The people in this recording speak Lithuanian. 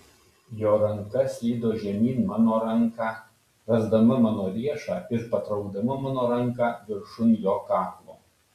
jo ranka slydo žemyn mano ranką rasdama mano riešą ir patraukdama mano ranką viršun jo kaklo